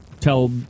tell